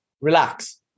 relax